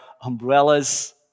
umbrellas